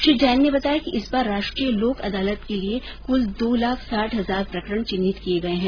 श्री जैन ने बताया कि इस बार राष्ट्रीय लोक अदालत के लिए कुल दो लाख साठ हजार प्रकरण चिन्हित किये गए हैं